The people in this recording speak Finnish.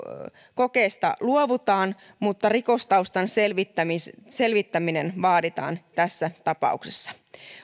kokeesta luovutaan mutta rikostaustan selvittäminen selvittäminen vaaditaan tässä tapauksessa